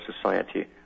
Society